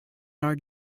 are